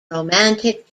romantic